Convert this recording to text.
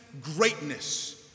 greatness